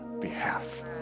behalf